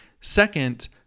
Second